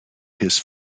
his